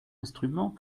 instrument